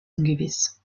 ungewiss